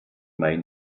main